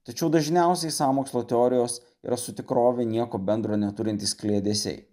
tačiau dažniausiai sąmokslo teorijos yra su tikrove nieko bendro neturintys kliedesiai